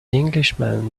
englishman